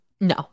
No